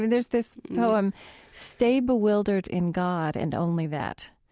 there's this poem stay bewildered in god and only that.